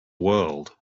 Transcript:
world